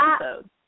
episode